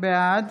בעד